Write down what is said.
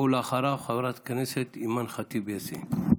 ואחריו, חברת הכנסת אימאן ח'טיב יאסין.